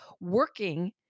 working